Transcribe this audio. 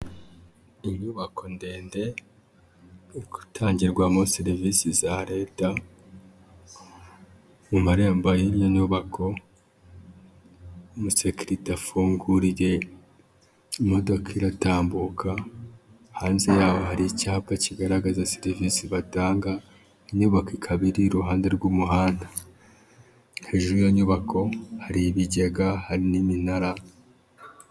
Inyubako ndende itangirwamo serivisi za Leta, mu marembo y'iyi nyubako umusekirite afunguriye imodokadoka iratambuka, hanze yaho hari icyapa kigaragaza serivisi batanga, inyubako ikaba iruhande rw'umuhanda, hejuru y'iyo nyubako hari ibigega, hari n'iminara.